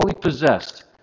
possessed